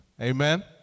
amen